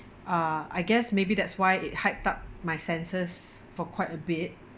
uh I guess maybe that's why it hiked up my senses for quite a bit